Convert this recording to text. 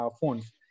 phones